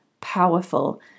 powerful